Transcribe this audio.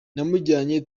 namujyanye